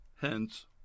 Hence